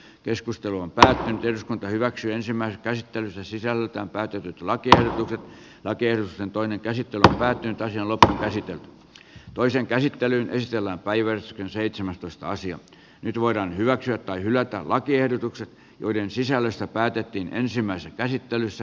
keskustelu on nähty hyväksi ensimmäinen käsittely sen sisältö on päätynyt lakia lakers antoi ne käsittelevät yhtä jalkaa sitten toisen käsittelyn esillä päivän seitsemäntoista asia nyt voidaan hyväksyä tai hylätä lakiehdotukset joiden sisällöstä päätettiin ensimmäisessä käsittelyssä